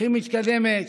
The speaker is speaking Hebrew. הכי מתקדמת,